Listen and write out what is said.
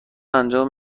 انجام